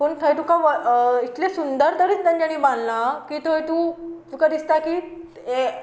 पूण थंय तुका इतले सुंदर तरेन तांच्यान बांदला की थंय तूं तुका दिसता की हें